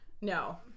No